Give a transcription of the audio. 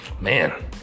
Man